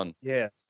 Yes